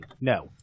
No